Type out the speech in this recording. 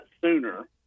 sooner